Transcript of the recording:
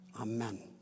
Amen